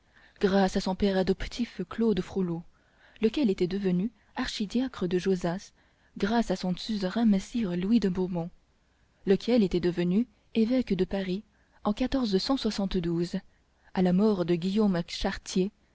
grâce à son père adoptif claude frollo lequel était devenu archidiacre de josas grâce à son suzerain messire louis de beaumont lequel était devenu évêque de paris en à la mort de guillaume chartier